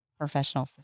professional